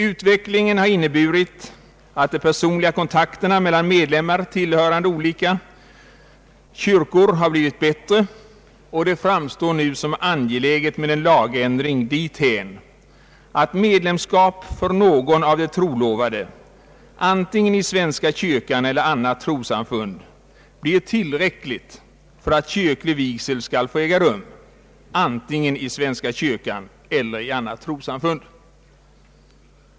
Utvecklingen har inneburit att de personliga kontakterna mellan medlemmar av olika kyrkor blivit bättre, och det framstår nu som angeläget med en lagändring dithän att medlemskap för någon av de trolovade antingen i svenska kyrkan eller i annat trossamfund blir tillräckligt för att kyrklig vigsel skall få äga rum antingen i svenska kyrkan eller i annat trossamfund.